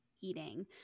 eating